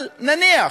אבל נניח,